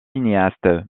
cinéaste